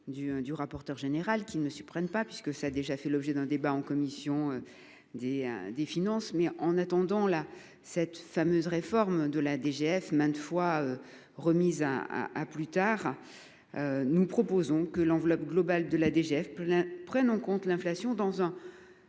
le rapporteur général, qui ne me surprennent pas, puisque nous en avons déjà débattu en commission des finances. En attendant cette fameuse réforme de la DGF maintes fois remise à plus tard, nous proposons que l’enveloppe globale de la DGF prenne en compte l’inflation dans une